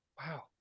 Wow